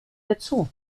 dazu